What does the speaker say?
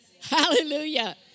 Hallelujah